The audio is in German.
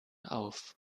auf